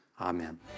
Amen